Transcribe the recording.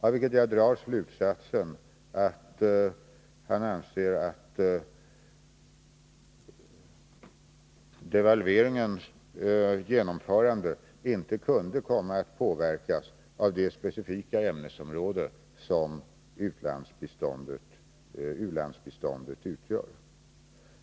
Därav drar jag slutsatsen att han anser att ens konsekvenser för u-hjälpen devalveringens genomförande inte kunde påverkas av det specifika ämnesområde som u-landsbiståndet utgör.